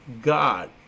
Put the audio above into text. God